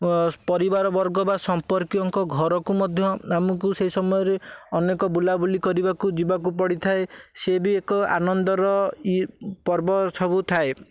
ପରିବାର ବର୍ଗ ବା ସମ୍ପ୍ରକୀୟଙ୍କ ଘରକୁ ମଧ୍ୟ ଆମକୁ ସେଇ ସମୟରେ ଅନେକ ବୁଲାବୁଲି କରିବାକୁ ଯିବାକୁ ପଡ଼ିଥାଏ ସିଏ ବି ଏକ ଆନନ୍ଦର ଇଏ ପର୍ବ ସବୁଥାଏ